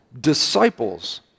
disciples